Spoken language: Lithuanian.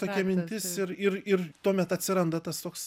tokia mintis ir ir ir tuomet atsiranda tas toks